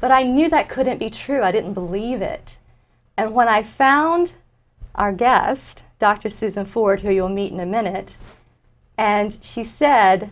but i knew that couldn't be true i didn't believe it and when i found our guest dr susan forde who you'll meet in a minute and she said